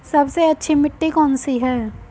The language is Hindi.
सबसे अच्छी मिट्टी कौन सी है?